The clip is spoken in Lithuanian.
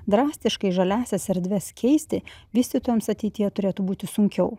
drastiškai žaliąsias erdves keisti vystytojams ateityje turėtų būti sunkiau